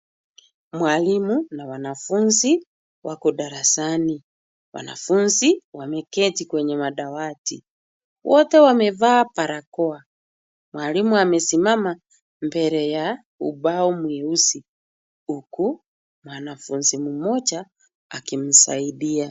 Mwalimu na wanafunzi wako darasani. Wanafunzi wameketi kwenye madawati. Wote wamevaa barakoa. Mwalimu amesimama mbele ya ubao mweusi huku mwanafunzi mmoja akimsaidia.